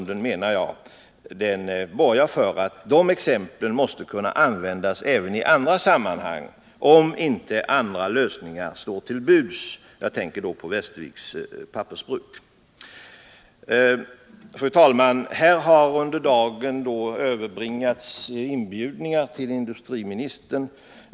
Detta borgar för att dessa exempel måste kunna användas även i andra sammanhang, om inte andra lösningar står till buds. Jag tänker då på Westerviks Pappersbruk. Herr talman! Här har under dagen överbringats inbjudningar till industriministern.